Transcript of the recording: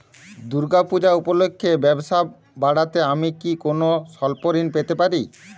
দূর্গা পূজা উপলক্ষে ব্যবসা বাড়াতে আমি কি কোনো স্বল্প ঋণ পেতে পারি?